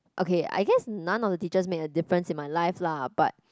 okay I just none of the teachers made a difference in my life lah but